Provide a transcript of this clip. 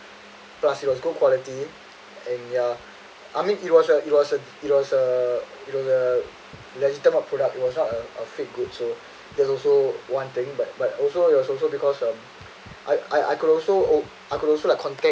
plus it was good quality and ya I mean it was a it was a it was a you know the legitimate product it was not a fake good so there's also one thing but but also yours was also because um I I could also I could also contain